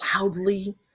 loudly